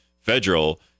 federal